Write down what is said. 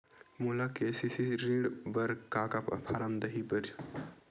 मोला के.सी.सी ऋण बर का का फारम दही बर?